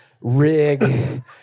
rig